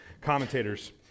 commentators